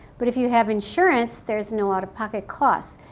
but if you have insurance, there's no out of pocket costs.